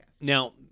Now